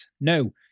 No